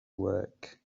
work